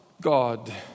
God